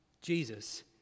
Jesus